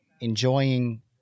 enjoying